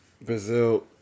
Brazil